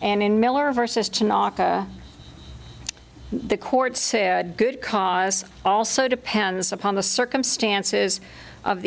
and in miller versus to nocca the court said good cause also depends upon the circumstances of